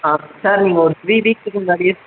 ஆ sir நீங்கள் ஒரு three வீக்ஸ்ஸுக்கு முன்னாடியே